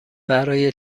برای